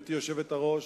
גברתי היושבת-ראש,